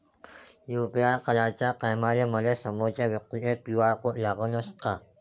UPI कराच्या टायमाले मले समोरच्या व्यक्तीचा क्यू.आर कोड लागनच का?